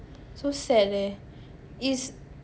so sad leh is